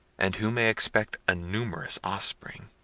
and who may expect a numerous offspring.